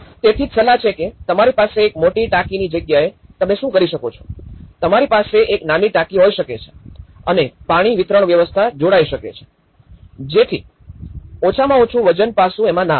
તેથી જ સલાહ છે કે તમારી પાસે એક મોટી ટાંકીની જગ્યાએ તમે શું કરી શકો છો તમારી પાસે એક નાની ટાંકી હોઈ શકે છે અને પાણી વિતરણ વ્યવસ્થા જોડાઈ થઈ શકે છે જેથી ઓછામાં ઓછું વજનનું પાસું એમાં ના આવે